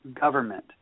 government